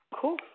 Cool